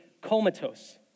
comatose